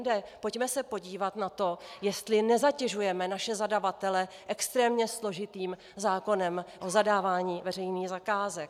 Pojďme se podívat na to, jestli nezatěžujeme naše zadavatele extrémně složitým zákonem o zadávání veřejných zakázek.